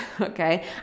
okay